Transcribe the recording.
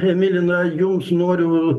emili na jums noriu